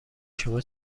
شما